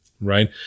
right